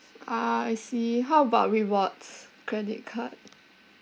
ah I see how about rewards credit card